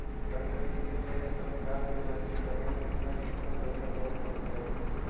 अगर ई.एम.आई पर कार लेबै त हर महिना केतना पैसा देबे पड़तै?